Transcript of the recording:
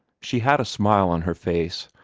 she had a smile on her face,